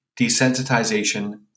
desensitization